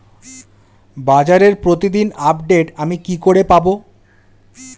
বাজারের প্রতিদিন আপডেট আমি কি করে পাবো?